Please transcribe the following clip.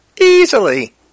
easily